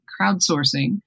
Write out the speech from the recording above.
crowdsourcing